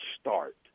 start